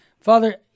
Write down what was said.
Father